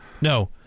no